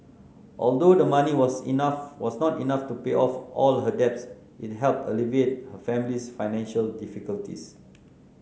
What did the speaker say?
although the money was enough was not enough to pay off all her debts it helped alleviate her family's financial difficulties